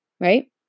right